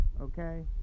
Okay